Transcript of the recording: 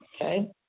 Okay